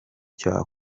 cya